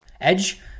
Edge